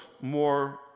more